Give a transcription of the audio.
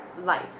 life